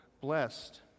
blessed